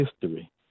history